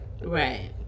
right